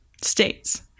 states